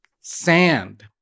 sand